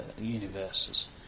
universes